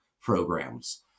programs